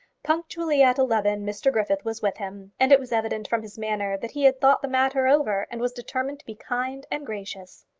punctually at eleven mr griffith was with him, and it was evident from his manner that he had thought the matter over, and was determined to be kind and gracious.